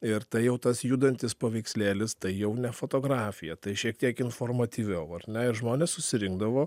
ir tai jau tas judantis paveikslėlis tai jau ne fotografija tai šiek tiek informatyviau ar ne ir žmonės susirinkdavo